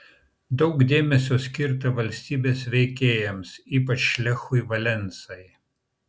daug dėmesio skirta valstybės veikėjams ypač lechui valensai